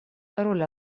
роль